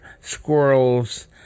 squirrels